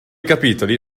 capitoli